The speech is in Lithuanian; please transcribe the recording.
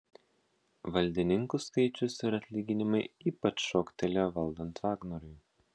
valdininkų skaičius ir atlyginimai ypač šoktelėjo valdant vagnoriui